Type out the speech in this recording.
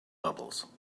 bubbles